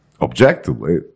objectively